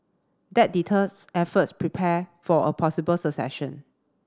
that deters efforts prepare for a possible succession